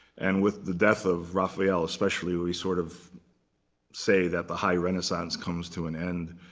and with the death of raphael, especially, we sort of say that the high renaissance comes to an end.